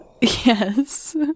Yes